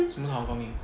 什么是好公民